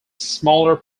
smaller